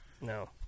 No